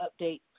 update